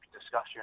discussion